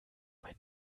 mein